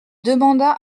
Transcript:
demanda